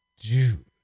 Dude